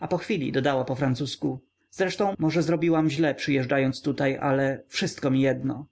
a po chwili dodała pofrancusku zresztą może zrobiłam źle przyjeżdżając tutaj ale wszystko mi jedno